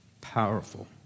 powerful